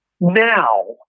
Now